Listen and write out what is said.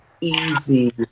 easy